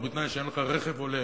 ובתנאי שאין לך רכב הולם,